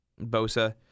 Bosa